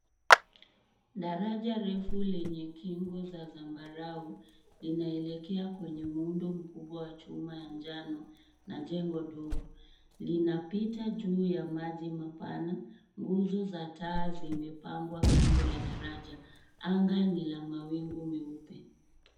Draja refu lenye kingo za sambarau linaelekea kwenye muundo mkubwa wa chuma ya njano na jengo ndogo, linapita juu ya maji mapana. Nguzo za taa zimepangwa kando la daraja, anga ni la mawingu meupe.